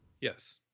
yes